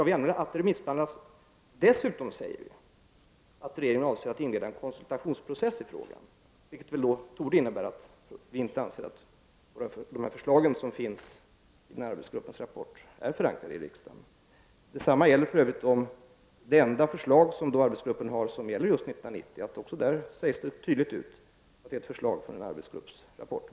Vi anmäler att det remissbehandlas, men dessutom säger vi att regeringen avser att inleda en konsultationsprocess i frågan. Detta torde innebära att vi inte anser att de förslag som finns i arbetsgruppens rapport är förankrade i riksdagen. Detsamma gäller för övrigt arbetsgruppens enda förslag som avser just 1990, där det också sägs tydligt att det är fråga om ett förslag från en arbetsgrupp.